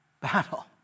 battle